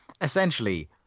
essentially